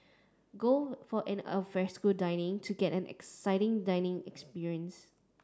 go for an alfresco dining to get an exciting dining experience